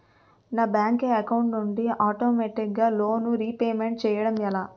నా bank account నుండి ఆటోమేటిగ్గా లోన్ రీపేమెంట్ చేయడం ఎలా?